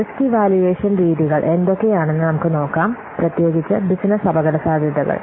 risk evaluation രീതികൾ എന്തൊക്കെയാണെന്ന് നമുക്ക് നോക്കാം പ്രത്യേകിച്ച് ബിസിനസ്സ് അപകടസാധ്യതകൾ